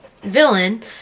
villain